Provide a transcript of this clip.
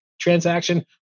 transaction